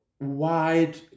wide